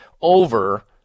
over